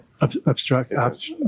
obstruct